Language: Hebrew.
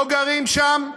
לא גרים שם,